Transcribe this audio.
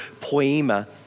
poema